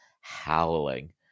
howling